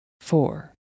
four